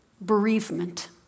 Bereavement